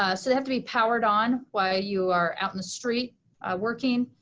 ah so they have to be powered on while you are out in the street working.